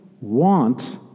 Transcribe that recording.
want